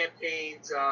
campaigns